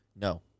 No